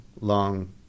long